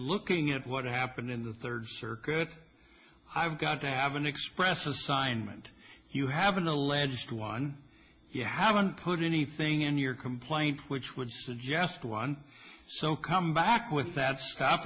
looking at what happened in the third circuit i've got to have an express assignment you have an alleged one you haue one put anything in your complaint which would suggest one so come back with that stuff